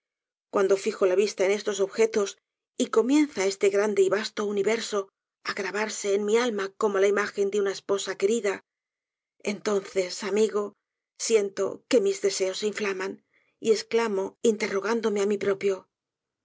cuando fijo la vista en estos objetos y comienza este grande y vasto universo á grabarse en mi alma como la imagen de una esposa querida entonces amigo siento que mis deseos se inflamín y esclamo interrogándome á mí propio